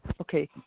Okay